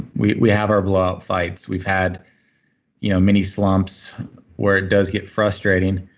we we have our blow out fights. we've had you know many slumps where it does get frustrating,